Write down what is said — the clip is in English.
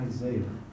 Isaiah